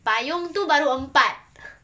payung tu baru empat